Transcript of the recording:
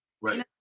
Right